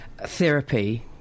therapy